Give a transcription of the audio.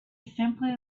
simply